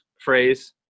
phrase